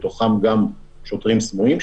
בתוכם גם שוטרים סמויים,